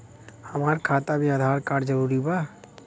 हमार खाता में आधार कार्ड जरूरी बा?